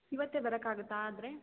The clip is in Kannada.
ಇವತ್ತೇ ಬರೋಕಾಗತ್ತ ಆದರೆ